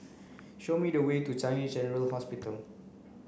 show me the way to Changi General Hospital